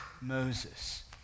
Moses